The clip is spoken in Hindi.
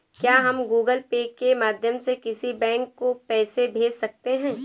क्या हम गूगल पे के माध्यम से किसी बैंक को पैसे भेज सकते हैं?